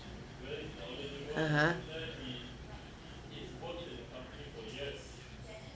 (uh huh)